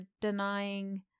denying